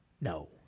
No